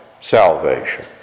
salvation